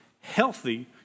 healthy